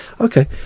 Okay